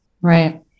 Right